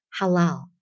halal